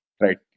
Right